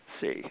see